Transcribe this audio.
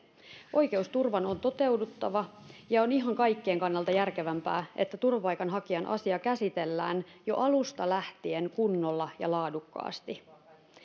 oikeusturvan on toteuduttava ja on ihan kaikkien kannalta järkevämpää että turvapaikanhakijan asia käsitellään jo alusta lähtien kunnolla ja laadukkaasti